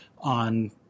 on